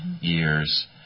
years